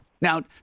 Now